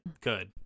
good